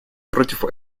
против